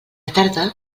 tarda